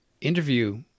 interview